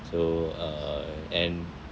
so uh and